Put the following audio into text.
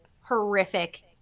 horrific